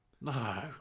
no